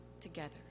together